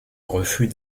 refus